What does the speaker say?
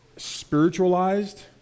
spiritualized